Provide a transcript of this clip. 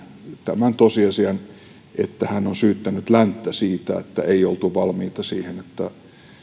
tämän tosiasian hän on syyttänyt länttä siitä että ei oltu valmiita siihen että